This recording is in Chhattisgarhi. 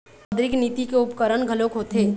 मौद्रिक नीति के उपकरन घलोक होथे